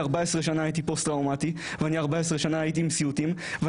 14 שנה הייתי עם סיוטים,